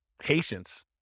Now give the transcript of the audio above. Patience